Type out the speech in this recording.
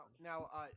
now